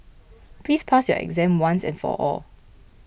please pass your exam once and for all